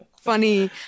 funny